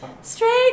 straight